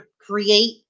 create